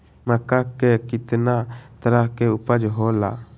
मक्का के कितना तरह के उपज हो ला?